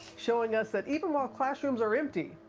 showing us that even while classrooms are empty,